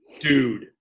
dude